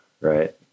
right